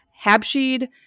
Habshid